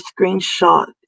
screenshot